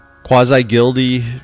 Quasi-Guildy